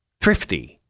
thrifty